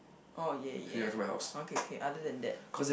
oh ya ya orh K K other than that